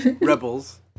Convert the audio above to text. Rebels